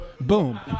Boom